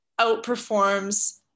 outperforms